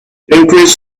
increase